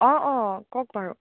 অঁ অঁ কওক বাৰু